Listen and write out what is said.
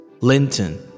Linton